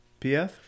pf